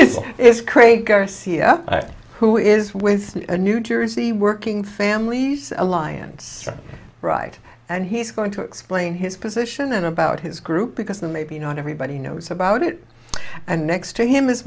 ideas is crazy garcia who is with a new jersey working families alliance right and he's going to explain his position about his group because the maybe not everybody knows about it and next to him